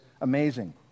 amazing